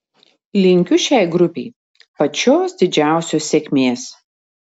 linkiu šiai grupei pačios didžiausios sėkmės